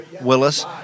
Willis